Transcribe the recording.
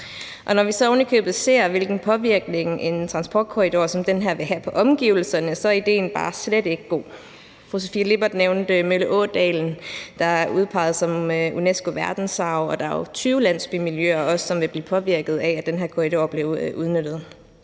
Når vi så ovenikøbet ser, hvilken påvirkning en transportkorridor som den her vil have på omgivelserne, så er idéen bare slet ikke god. Fru Sofie Lippert nævnte Mølleådalen, der er udpeget som UNESCO-verdensarv, og der er jo 20 landsbymiljøer, som vil blive påvirket, hvis den her korridor bliver udnyttet.